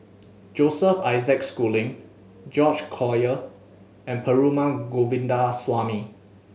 Joseph Isaac Schooling George Collyer and Perumal Govindaswamy